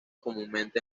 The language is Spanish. comúnmente